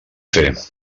fer